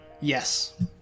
yes